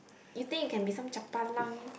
you think you can be some chapalang